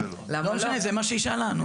זה מה שהיא שאלה.